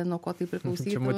nuo ko tai priklausytų